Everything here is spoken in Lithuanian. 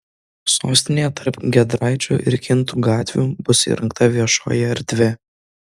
sostinėje tarp giedraičių ir kintų gatvių bus įrengta viešoji erdvė